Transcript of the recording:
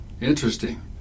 interesting